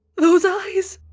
those eyes.